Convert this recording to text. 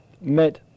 met